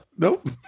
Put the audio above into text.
nope